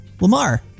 Lamar